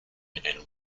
and